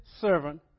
servant